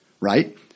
right